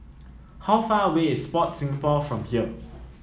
how far away is Sport Singapore from here